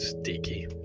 sticky